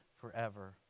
forever